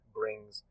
brings